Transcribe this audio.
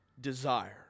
desire